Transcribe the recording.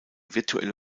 virtuelle